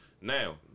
Now